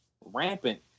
rampant